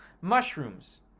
mushrooms